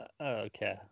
okay